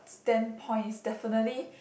stand point it's definitely